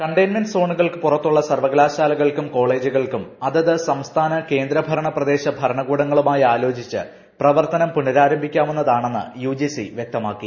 containment സോണുകൾക്ക് പുറത്തുള്ള സർവകലാശാലകൾക്കും കോളേജുകൾക്കും അതത് സംസ്ഥാന കേന്ദ്രഭരണപ്രദേശ ഭരണകൂടങ്ങളുമായി ആലോചിച്ച് പ്രവർത്തനം പുനരാരംഭിക്കാവുന്നതാണെന്ന് യുജിസി വ്യക്തമാക്കി